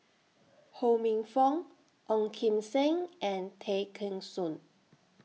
Ho Minfong Ong Kim Seng and Tay Kheng Soon